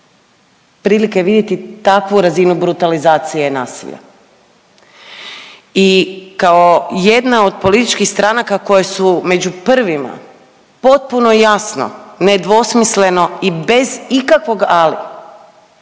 prilike vidjeti takvu razinu brutalizacije nasilja. I kao jedna od političkih stranaka koje su među prvima potpuno jasno nedvosmisleno i bez ikakvog ali